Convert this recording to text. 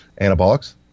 anabolics